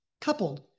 coupled